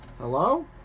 Hello